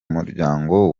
muryango